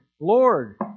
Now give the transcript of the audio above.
Lord